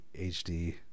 HD